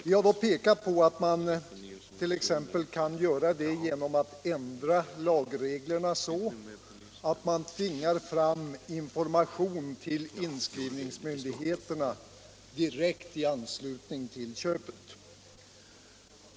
Vi har pekat på att man t.ex. kan göra detta genom att ändra lagreglerna, så att man tvingar fram information till inskrivningsmyndigheterna direkt i anslutning till köpet.